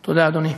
תודה, אדוני.